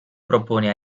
propone